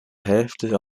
hälfte